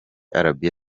arabie